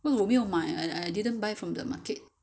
因为我没有买 I I didn't buy it from the market